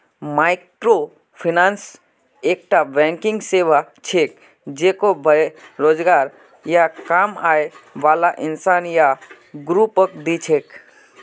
microfinance एकता banking सेवा छिके जेको बेरोजगार या कम आय बाला इंसान या ग्रुपक दी छेक